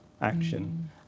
action